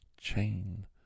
chain